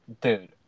dude